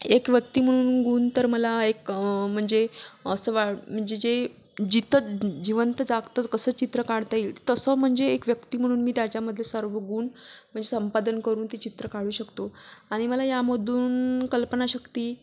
एक व्यक्ती म्हणून गुण तर मला एक म्हणजे असं वा म्हणजे जे जितं जिवंत जागतं कसं चित्र काढता येईल तसं म्हणजे एक व्यक्ती म्हणून मी त्याच्यामधले सर्व गुण संपादन करून ते चित्र काळू शकतो आणि मला यामधून कल्पनाशक्ती